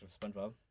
SpongeBob